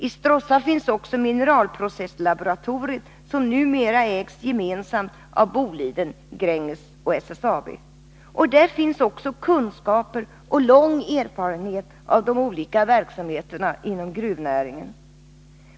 I Stråssa finns också Mineralprocesslaboratoriet, som numera ägs gemensamt av Boliden, Gränges och SSAB. Där finns också kunskaper och lång erfarenhet av de olika verksamheterna inom gruvnäringen.